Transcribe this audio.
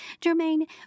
Jermaine